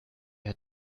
hat